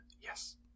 Yes